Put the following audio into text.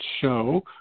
show